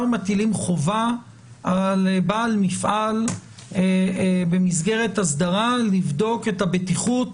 אנחנו מטילים חובה על בעל מפעל במסגרת אסדרה לבדוק את הבטיחות